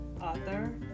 author